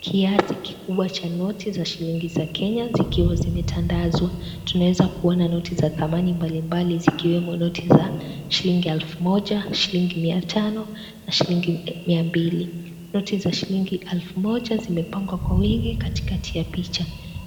Kiasi kikubwa cha noti za shilingi za Kenya zikiwa zimetandazwa. Tunaweza kuona noti za thamani mbalimbali zikiwemo noti za shilingi elfu moja, shilingi Mia tano na shilingi Mia mbili. Noti za shilingi elfu moja zimepangwa kwa wingi Kati kati ya picha.